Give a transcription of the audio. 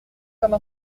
comme